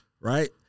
right